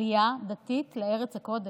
עלייה דתית לארץ הקודש.